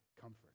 comfort